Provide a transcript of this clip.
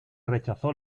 rechazó